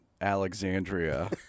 Alexandria